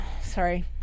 sorry